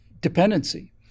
dependency